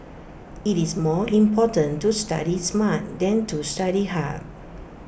IT is more important to study smart than to study hard